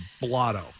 blotto